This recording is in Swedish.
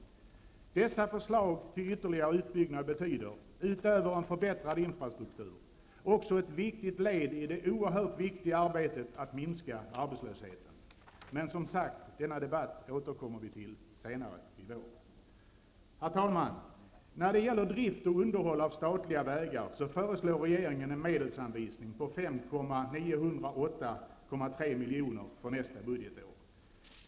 Dessa förslag till ytterligare utbyggnad betyder, utöver en förbättrad infrastruktur, också ett viktigt led i det oerhört viktiga arbetet att minska arbetslösheten. Men som sagt, denna debatt återkommer vi till senare i vår. Herr talman! När det gäller drift och underhåll av statliga vägar föreslår regeringen en medelsanvisning på 5 908,3 milj.kr. för nästa budgetår.